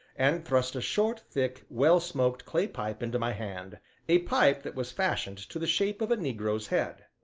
and thrust a short, thick, well-smoked clay pipe into my hand a pipe that was fashioned to the shape of a negro's head.